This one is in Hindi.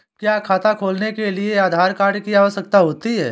क्या खाता खोलने के लिए आधार कार्ड की आवश्यकता होती है?